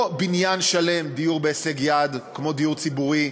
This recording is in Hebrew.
לא בניין שלם של דיור בהישג יד, כמו דיור ציבורי,